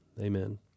Amen